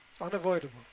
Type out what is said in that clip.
Unavoidable